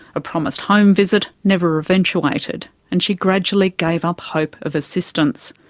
a promised home visit never eventuated, and she gradually gave up hope of assistance.